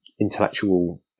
intellectual